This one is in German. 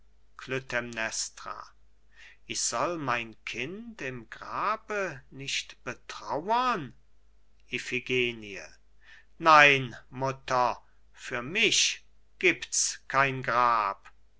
ich soll mein kind im grabe nicht betrauern iphigenie nein mutter für mich gibt's kein grab